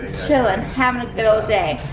chillin, havin' a good old day.